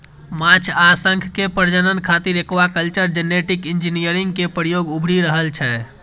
माछ आ शंख के प्रजनन खातिर एक्वाकल्चर जेनेटिक इंजीनियरिंग के प्रयोग उभरि रहल छै